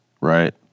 right